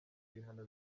bihano